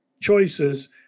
choices